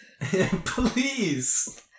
please